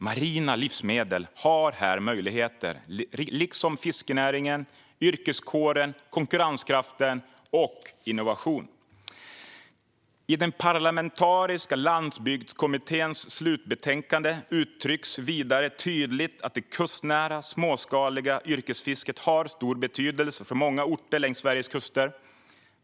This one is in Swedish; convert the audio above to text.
Marina livsmedel har här möjligheter, liksom fiskenäringen, yrkeskåren, konkurrenskraften och innovation. I Parlamentariska landsbygdskommitténs slutbetänkande uttrycks vidare tydligt att det kustnära, småskaliga yrkesfisket har stor betydelse för många orter längs Sveriges kuster.